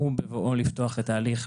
ובבואו לפתוח את ההליך,